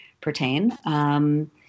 pertain